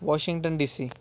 Washington DC